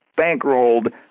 bankrolled